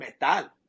Metal